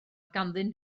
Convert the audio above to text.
ganddyn